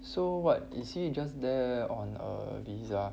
so what is he just there on a visa